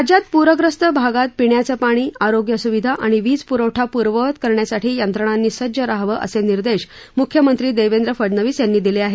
राज्यात पूरग्रस्त भागात पिण्याचं पाणी आरोग्यसुविधा आणि वीजपुरवठा पूर्ववत करण्यासाठी यंत्रणांनी सज्ज रहावं असे निर्देश मुख्यमंत्री देवेंद्र फडनवीस यांनी दिले आहेत